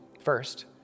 First